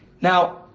Now